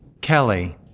Kelly